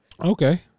Okay